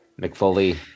McFoley